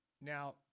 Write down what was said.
Now